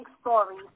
stories